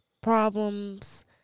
problems